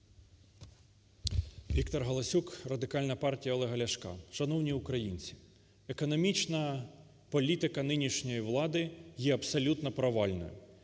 ВікторГаласюк, Радикальна партія Олега Ляшка. Шановні українці! Економічна політика нинішньої влади є абсолютно провальною.